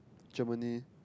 Germany